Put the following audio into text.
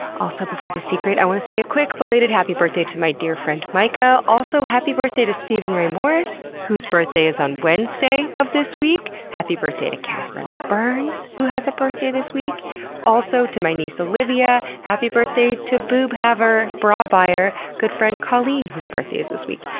also, before the secret, i wanna say a quick belated happy birthday to my dear friend mika, also happy birthday to steven ray morris, who's birthday is on wednesday of this week. happy birthday to katherine burns who has a birthday this week also to my niece olivia. happy birthday to boob-haver, bra buyer, good friend coleen whose birthday is this week.